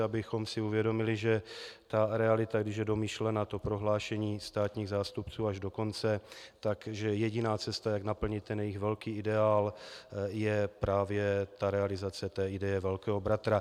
Abychom si uvědomili, že realita, když je domýšlena, prohlášení státních zástupců až do konce, tak že jediná cesta, jak naplnit jejich velký ideál, je právě realizace ideje velkého bratra.